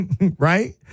right